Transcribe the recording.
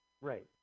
Right